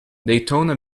daytona